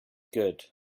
good